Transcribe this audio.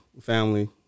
family